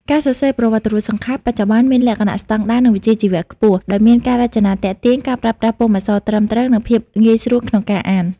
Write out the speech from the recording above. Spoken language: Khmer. ការសរសេរប្រវត្តិរូបសង្ខេប បច្ចុប្បន្នមានលក្ខណៈស្តង់ដារ និងវិជ្ជាជីវៈខ្ពស់ ដោយមានការរចនាទាក់ទាញ ការប្រើប្រាស់ពុម្ពអក្សរត្រឹមត្រូវ និងភាពងាយស្រួលក្នុងការអាន។